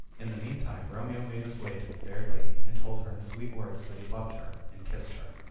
in the meantime romeo made his way to the fair lady, and told her in sweet words that he loved her, and kissed her.